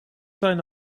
zijn